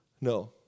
no